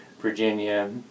Virginia